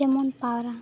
ᱡᱮᱢᱚᱱ ᱯᱟᱣᱨᱟ